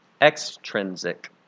extrinsic